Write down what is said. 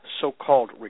so-called